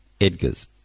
Edgar's